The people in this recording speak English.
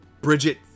Bridget